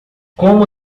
como